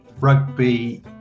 rugby